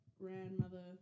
grandmother